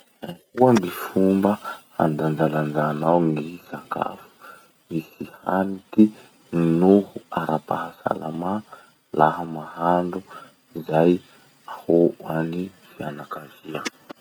Ahoa gny fomba handanjalanjanao gny sakafo misy hanitry noho ara-pahasalamà laha mahandro izay ho an'ny fianakavia?